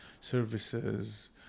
services